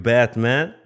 Batman